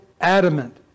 adamant